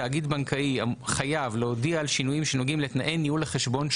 תאגיד בנקאי חייב להודיע על שינויים שנוגעים לתנאי ניהול החשבון.